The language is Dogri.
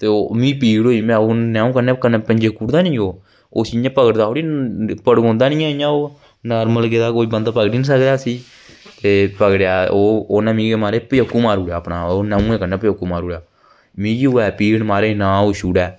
ते मिगी पीड़ होई नहुं कन्नै पंजे कुड़दा नीं ऐ ओह् उसी ओह् पकड़दा फड़ोंदा नीं ऐ ओह् नार्मल नेहा बंदा कोई पकड़ी नीं सकदा उसी पकड़ेआ ते ओह् उनै मिगी पचोकडू मारी ओड़ेआ अपने नहुएं कन्नै पचोकडू मारी ओड़ेआ मिगी होए पीड़ ना ओह् मिगी छोड़ै